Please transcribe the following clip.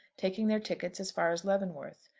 taking their tickets as far as leavenworth.